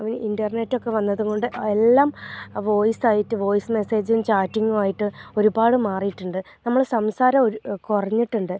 ഒരു ഇൻ്റർനെറ്റൊക്കെ വന്നത് കൊണ്ട് എല്ലാം ആ വോയിസ് ആയിട്ട് വോയിസ് മെസ്സേജും ചാറ്റിംഗും ആയിട്ട് ഒരുപാട് മാറിയിട്ടുണ്ട് നമ്മൾ സംസാര ം കുറഞ്ഞിട്ടുണ്ട്